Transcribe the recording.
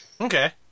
Okay